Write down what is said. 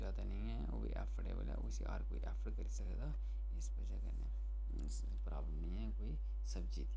जादा निं ऐ ओह् बी ऐफडेवल ऐ उसी हर कोई ऐफड करी सकदा इस बजह् कन्नै प्राब्लम निं ऐ कोई सब्जी दी